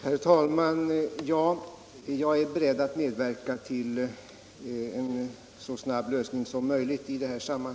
Herr talman! Ja, jag är beredd att medverka till en så snabb lösning som möjligt.